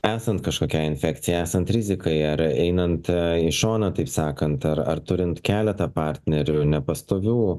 esant kažkokiai infekcijai esant rizikai ar einant į šoną taip sakant ar ar turint keletą partnerių nepastovių